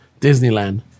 Disneyland